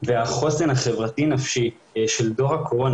והחוסן החברתי נפשי של דור הקורונה,